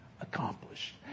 accomplished